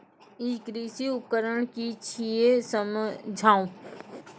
ई कृषि उपकरण कि छियै समझाऊ?